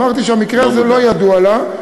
אמרתי שהמקרה הזה לא ידוע לה.